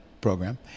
program